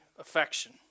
affection